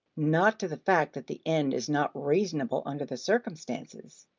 not to the fact that the end is not reasonable under the circumstances.